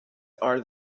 are